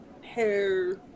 hair